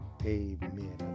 Amen